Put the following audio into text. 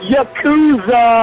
Yakuza